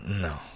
no